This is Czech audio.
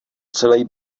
celej